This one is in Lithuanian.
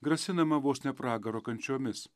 grasinama vos ne pragaro kančiomis